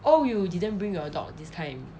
oh you didn't bring your dog this time